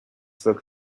spoke